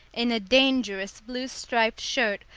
in a dangerous blue-striped shirt,